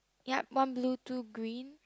yup one blue two green